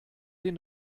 den